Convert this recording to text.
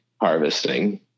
harvesting